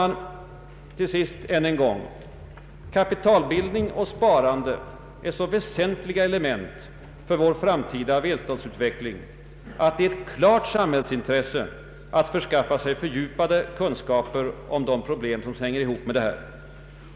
Låt mig till sist än en gång understryka att kapitalbildning och sparande är så väsentliga element för vår framtida välståndsutveckling att det är ett klart samhällsintresse att skaffa sig fördjupade kunskaper om därmed sammanhängande problem.